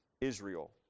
Israel